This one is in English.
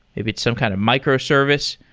if it's some kind of microservice,